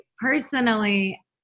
personally